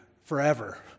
forever